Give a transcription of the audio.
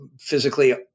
physically